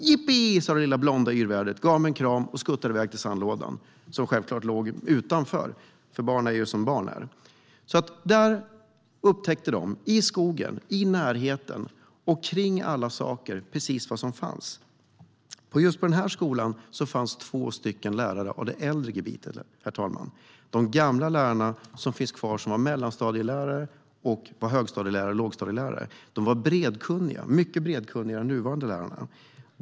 Jippi, sa det lilla blonda yrvädret, gav mig en kram och skuttade iväg till sandlådan som självklart låg utanför, för barn är ju som barn är. Där upptäckte de, i skogen, i närheten och kring alla saker, precis vad som fanns. Just på den här skolan fanns två lärare av det äldre slaget, herr talman. Det var gamla lärare som var kvar som var mellanstadielärare, högstadielärare och lågstadielärare. De var bredkunniga, mycket mer än nuvarande lärare.